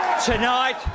Tonight